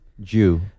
jew